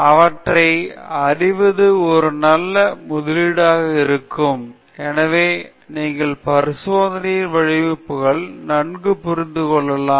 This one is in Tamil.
அவற்றை அறிவது ஒரு நல்ல முதலீடாக இருக்கும் எனவே நீங்கள் பரிசோதனையின் வடிவமைப்புகளை நன்கு புரிந்து கொள்ளலாம்